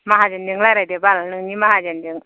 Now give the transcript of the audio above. माहाजोनजों रायलायदोबाल नोंनि माहाजोनजों